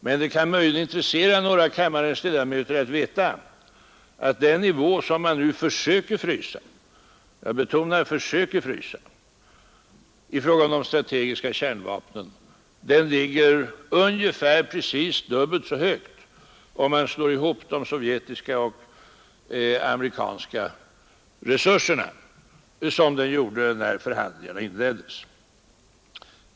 Men det kan möjligen intressera några av kammarens ledamöter att veta att den nivå som man nu försöker frysa i fråga om de strategiska kärnvapnen ligger ungefär dubbelt så högt, om man slår ihop de sovjetiska och amerikanska resurserna, som den gjorde när förhandlingarna inleddes.